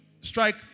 strike